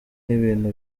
n’ibintu